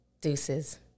Deuces